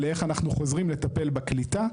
לאיך אנחנו חוזרים לטפל בקליטה,